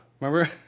Remember